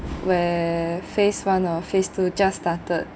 where phase one or phase two just started